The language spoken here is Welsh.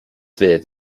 fydd